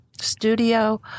Studio